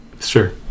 sure